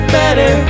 better